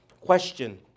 question